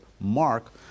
Mark